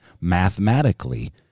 mathematically